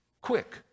quick